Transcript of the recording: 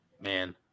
man